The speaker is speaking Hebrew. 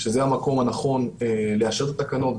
שזה המקום הנכון לאשר את התקנות,